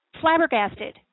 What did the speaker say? flabbergasted